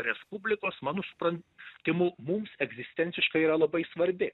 respublikos mano suprantimu mums egzistenciškai yra labai svarbi